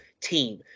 team